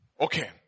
Okay